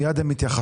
מיד הם יתייחסו.